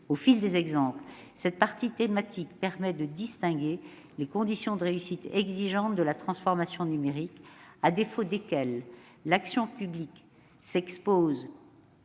Au fil des exemples, cette partie thématique permet de distinguer les conditions de réussite exigeantes de la transformation numérique, à défaut desquelles l'action publique s'expose